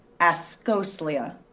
Ascoslia